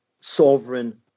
sovereign